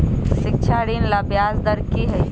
शिक्षा ऋण ला ब्याज दर कि हई?